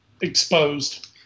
exposed